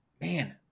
man